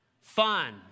fun